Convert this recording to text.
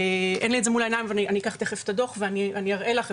אין לי את זה מול העיניים אבל אני אקח תכף את הדו"ח ואני אראה לך,